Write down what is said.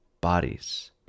bodies